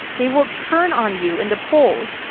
they will turn on you in the polls,